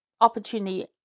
opportunity